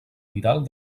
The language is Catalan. viral